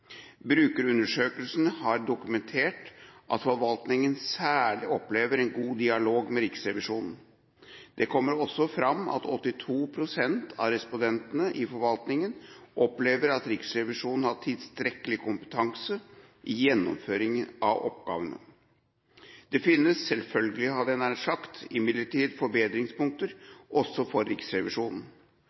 Brukerundersøkelsene har dokumentert at forvaltningen særlig opplever en god dialog med Riksrevisjonen. Det kommer også fram at 82 pst. av respondentene i forvaltningen opplever at Riksrevisjonen har tilstrekkelig kompetanse i gjennomføringen av oppgavene. Det finnes – nær sagt selvfølgelig – imidlertid forbedringspunkter også for Riksrevisjonen.